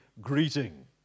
greeting